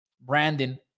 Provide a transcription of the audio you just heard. Brandon